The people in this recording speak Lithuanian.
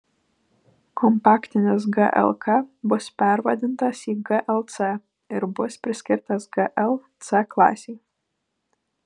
kompaktinis glk bus pervadintas į glc ir bus priskirtas gl c klasei